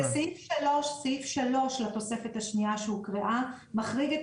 סעיף 3 של התוספת השנייה שהוקראה מחריג את